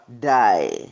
die